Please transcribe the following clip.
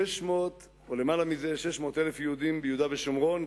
יותר מ-600,000 יהודים ביהודה ושומרון.